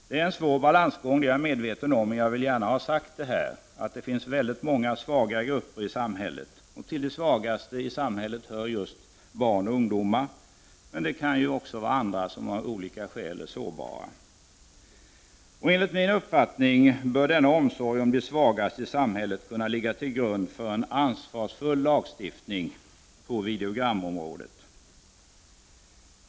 Det är en svår balansgång, det är jag medveten om, men jag vill gärna ha sagt att det finns väldigt många svaga grupper i samhället, och till de svagaste i samhället hör just barn och ungdomar, men även andra kan av olika skäl vara sårbara. Enligt min uppfattning bör denna omsorg om de svagaste i samhället kunna ligga till grund för en ansvarsfull lagstiftning på videogramområdet.